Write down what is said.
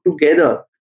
together